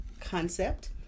concept